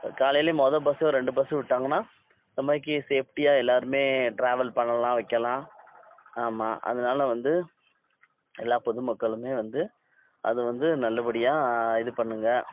காலையிலே மொதல் பஸ்ஸோ ரெண்டு பஸ்ஸு விட்டாங்கன்னால் அந்த மாதிரிக்கி சேஃப்டியாக எல்லாேருமே டிராவல் பண்ணலாம் வைக்கலாம் ஆமாம் அதனால் வந்து எல்லா பொதுமக்களுமே வந்து அதை வந்து நல்லபடியாக இது பண்ணுங்க